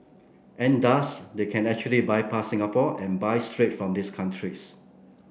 and thus they can actually bypass Singapore and buy straight from these countries